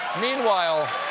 meanwhile